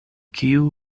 kiu